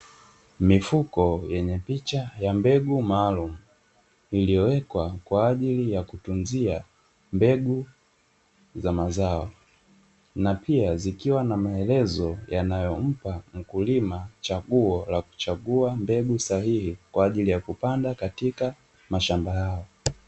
Mifuko yenye picha ya mbegu maalumu iliyowekwa kwa ajili ya kutunzia mbegu za mazao. Na pia zikiwa na maelezo yanayompa mkulima chaguo la kuchagua mbegu sahihi kwa ajili ya kupanda katika mashamba yao.